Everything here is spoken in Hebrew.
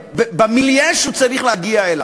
במיליה שהוא צריך להגיע אליו.